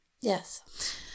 Yes